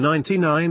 99%